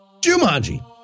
Jumanji